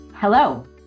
Hello